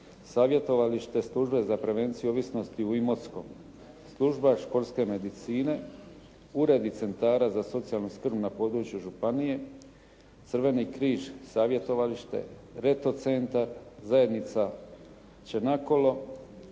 savjetovalište službe za prevenciju ovisnosti u Imotskom, služba športske medicine, uredi centara za socijalnu skrb na području županije, crveni križ savjetovalište, Reto centar, zajednica "Čenakolo",